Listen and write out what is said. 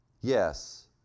yes